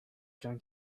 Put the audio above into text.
going